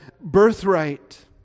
birthright